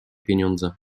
pieniądze